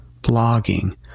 Blogging